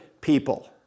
people